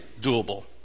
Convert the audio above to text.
doable